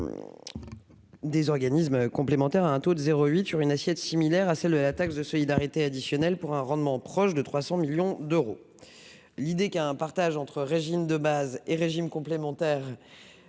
des organismes complémentaires à un taux de 0,8 % sur une assiette similaire à celle de la taxe de solidarité additionnelle, pour un rendement proche de 300 millions d'euros. L'idée d'un partage entre les régimes de base et les organismes complémentaires